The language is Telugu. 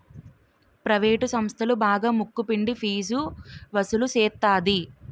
ప్రవేటు సంస్థలు బాగా ముక్కు పిండి ఫీజు వసులు సేత్తది